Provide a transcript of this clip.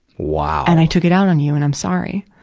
wow! and i took it out on you, and i'm sorry.